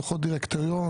דו"חות דירקטוריון,